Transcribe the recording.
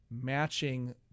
matching